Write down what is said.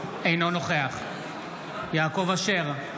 אינו נוכח יעקב אשר,